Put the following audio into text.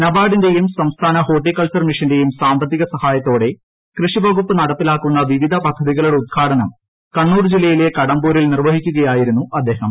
നബാർഡിന്റെയും സംസ്ഥാന horticulture മിഷന്റെയും സാമ്പത്തിക സഹായത്തോടെ കൃഷിവകുപ്പ് നടപ്പിലാക്കുന്ന വിവിധ പദ്ധതികളുടെ ഉദ്ഘാടനം കണ്ണൂർ ജില്ലയിലെ കടമ്പൂരിൽ നിർവഹിക്കുകയായിരുന്നു അദ്ദേഹം